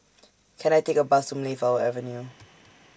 Can I Take A Bus to Mayflower Avenue